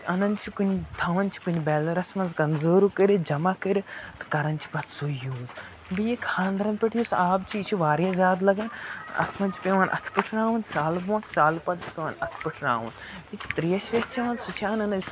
اَنان چھِ کُنہِ تھاوان چھِ کُنہِ بیلرَس منٛز کَنزٲرٕو کٔرِتھ جمع کٔرِتھ کَران چھِ پَتہٕ سُے یوٗز بیٚیہِ یہِ خانٛدرَن پٮ۪ٹھ یُس آب چھِ یہِ چھِ واریاہ زیادٕ لَگان اَتھ منٛز چھِ پٮ۪وان اَتھٕ پٕٹھراوُن سالہٕ برٛونٛٹھ سالہٕ پَتہٕ چھِ پٮ۪وان اَتھٕ پٕٹھراوُن أسۍ چھِ ترٛیش ویش چٮ۪وان سُہ چھِ اَنان أسۍ